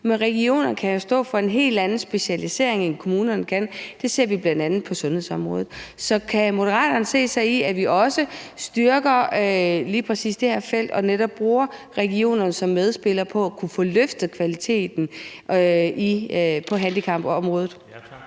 Regionerne kan jo stå for en helt anden specialisering, end kommunerne kan. Det ser vi bl.a. på sundhedsområdet. Så kan Moderaterne se sig selv i, at vi også styrker lige præcis det her felt og netop bruger regionerne som medspiller i at kunne få løftet kvaliteten på handicapområdet?